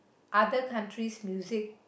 other countries' music